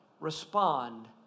respond